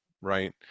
right